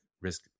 risk